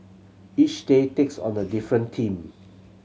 each day takes on the different team